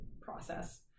process